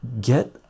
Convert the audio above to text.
get